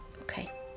Okay